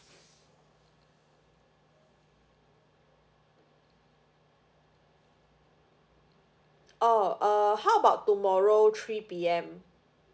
oh uh how about tomorrow three P_M